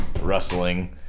rustling